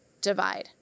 divide